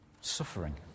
suffering